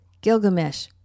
Gilgamesh